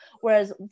whereas